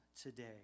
today